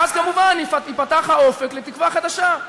ואז כמובן ייפתח האופק לתקווה חדשה,